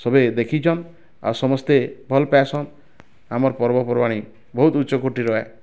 ସବେ ଦେଖିଛନ୍ ଆଉ ସମସ୍ତେ ଭଲ ପାଇସନ୍ ଆମର ପର୍ବପର୍ବାଣୀ ବହୁତ ଉଚ୍ଚକୋଟୀର ହେ